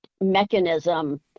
mechanism